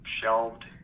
shelved